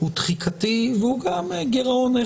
תחיקתי וגם גירעון תודעתי,